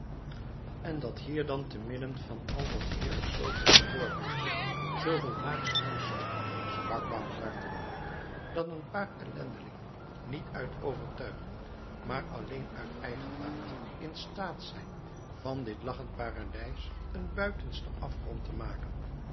en dat hier dan te midden van al dat heerlijks zooveel verdorvens zooveel laags huist sprak baumgarten dat een paar ellendelingen niet uit overtuiging maar alleen uit eigenbaat instaat zijn van dit lachend paradijs een buitensten afgrond te maken